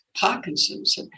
Parkinson's